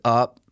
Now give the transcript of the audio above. up